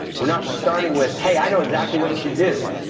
we're not starting with, hey, i know exactly what you should do.